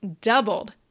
doubled